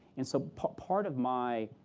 and so part part of my